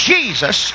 Jesus